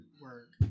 word